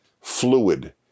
fluid